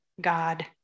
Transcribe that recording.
God